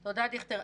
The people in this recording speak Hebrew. תודה, דיכטר.